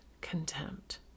contempt